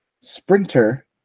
sprinter